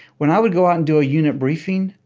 when i would go out and do a unit briefing,